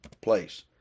place